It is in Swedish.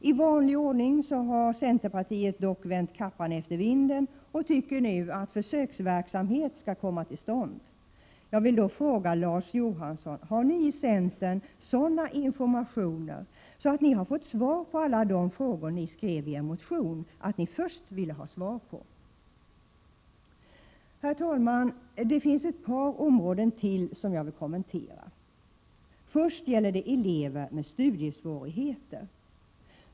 I vanlig ordning har dock centerpartiet vänt kappan efter vinden och tycker nu att försöksverksamhet skall komma till stånd. Jag vill då fråga Larz Johansson: Har ni i centern sådana informationer att ni har fått svar på alla de frågor ni skrev i er motion att ni först ville ha svar på? Herr talman! Det finns ett par områden till som jag vill kommentera. Först gäller det elever med studiesvårigheter.